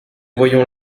voyons